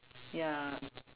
ya